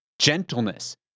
Gentleness